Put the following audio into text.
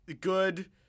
good